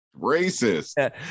Racist